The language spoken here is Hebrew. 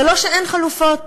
זה לא שאין חלופות.